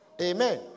Amen